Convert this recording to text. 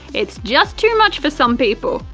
it's just too much for some people.